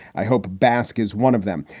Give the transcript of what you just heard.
i hope basque is one of them.